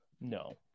No